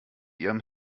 ihrem